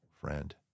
friend